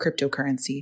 cryptocurrency